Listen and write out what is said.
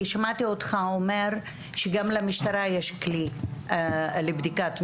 שמעתי אותך אומר שגם למשטרה יש כלי לבדיקת מסוכנות.